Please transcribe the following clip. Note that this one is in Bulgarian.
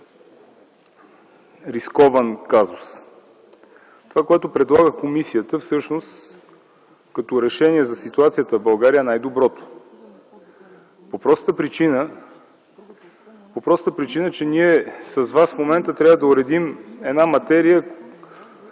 рискован казус. Това, което предлага комисията, всъщност като решение за ситуацията в България, е най-доброто, по простата причина, че ние с вас в момента трябва да уредим една материя,